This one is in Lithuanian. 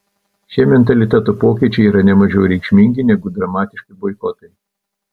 šie mentaliteto pokyčiai yra ne mažiau reikšmingi negu dramatiški boikotai